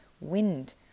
wind